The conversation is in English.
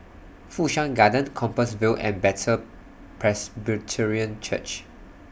Fu Shan Garden Compassvale and Bethel Presbyterian Church